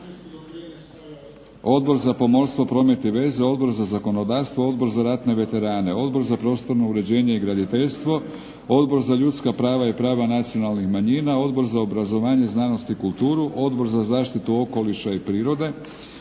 Odbor za pomorstvo, promet i veze, Odbor za zakonodavstvo, Odbor za ratne veterane, Odbor za prostorno uređenje i graditeljstvo, Odbor za ljudska prava i prava nacionalnih manjina, Odbor za obrazovanje, znanost i kulturu, Odbor za zaštitu okoliša i prirode,